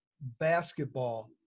basketball